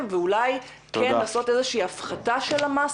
ואולי כן לעשות איזושהי הפחתה של המס?